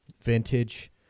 vintage